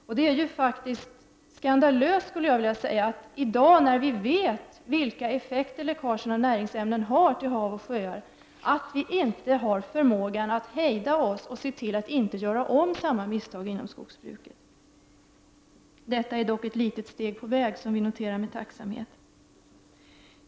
Jag skulle vilja säga att det är skandalöst att vi i dag, när vi vet vilka effekter läckaget av näringsämnen till hav och sjöar har, inte har förmågan att hejda oss och se till att inte göra om samma misstag inom skogsbruket. Den nu aviserade åtgärden är dock ett litet steg på vägen, vilket vi noterar med tacksamhet.